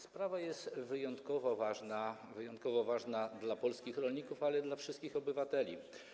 Sprawa jest wyjątkowo ważna - wyjątkowo ważna dla polskich rolników, ale i dla wszystkich obywateli.